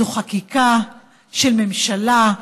זו חקיקה של ממשלה,